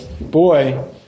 boy